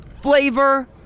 Flavor